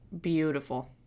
beautiful